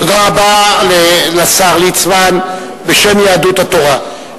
תודה רבה לשר ליצמן, בשם יהדות התורה.